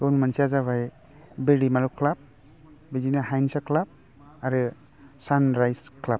गुबुन मोनसेया जाबाय बेलदिमाल क्लाब बिदिनो हायेनसा क्लाब आरो सानराइस क्लाब